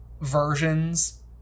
versions